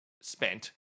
spent